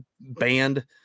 banned